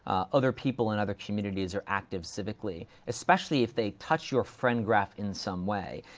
other people in other communities are active civically, especially if they touch your friend graph in some way,